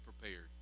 prepared